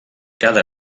cada